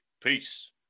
Peace